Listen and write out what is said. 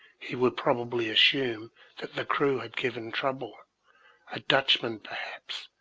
he would probably assume that the crew had given trouble a dutchman, perhaps,